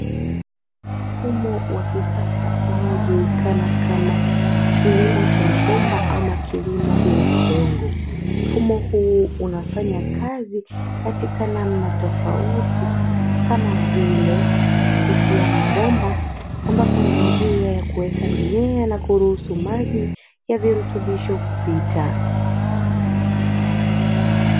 Mfumo wa kisasa unaojulikana kama kilimo cha mabomba au kilimo bila udongo mfumo huu unafanya kazi katika namna tofauti kama vile kupitia mabomba ambapo ndio njia ya kuweka mimea na kuruhusu maji ya virutubisho kupita.